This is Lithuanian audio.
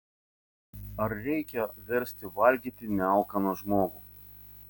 ar reikia versti valgyti nealkaną žmogų